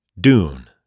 Dune